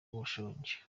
bushenge